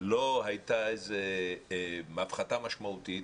לא הייתה איזה הפחתה משמעותית,